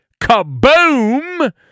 Kaboom